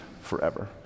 forever